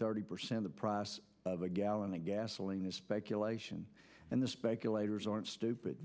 thirty percent the price of a gallon of gasoline is speculation and the speculators aren't stupid